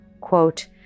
Quote